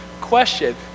question